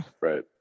right